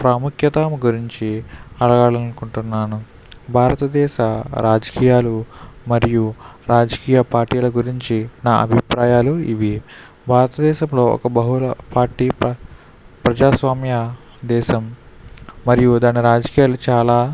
ప్రాముఖ్యతను గురించి అడగాలనుకుంటున్నాను భారతదేశ రాజకీయాలు మరియు రాజకీయ పార్టీ ల గురించి నా అభిప్రాయాలు ఇవి భారతదేశపు ఒక బహుళ పార్టీ ప ప్రజాస్వామ్య దేశం మరియు దాని రాజకీయాలు చాలా